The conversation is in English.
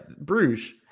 Bruges